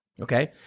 okay